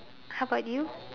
how about you